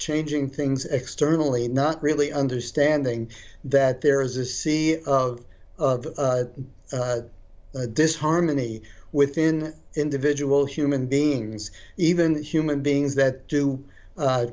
changing things externally not really understanding that there is a sea of disharmony within individual human beings even human beings that do